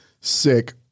sick